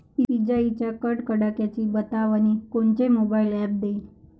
इजाइच्या कडकडाटाची बतावनी कोनचे मोबाईल ॲप देईन?